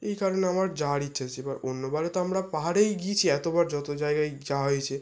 এই কারণে আমার যাওয়ার ইচ্ছা আছে এবার অন্য বার তো আমরা পাহাড়েই গিয়েছি এতবার যত জায়গায় যাওয়া হয়েছে